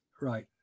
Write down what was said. Right